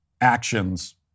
actions